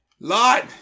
Lot